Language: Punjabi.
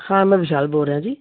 ਹਾਂ ਮੈਂ ਵਿਸ਼ਾਲ ਬੋਲ ਰਿਹਾ ਜੀ